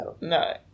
No